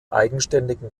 eigenständigen